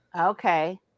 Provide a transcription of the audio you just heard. okay